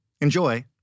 Enjoy